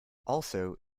also